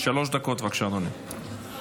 שלוש דקות, בבקשה, אדוני.